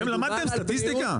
אתם למדתם סטטיסטיקה?